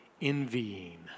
envying